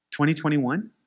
2021